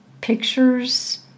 pictures